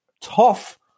tough